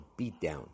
beatdown